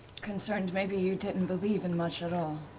concerned maybe you didn't believe in much at all.